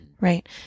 Right